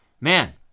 man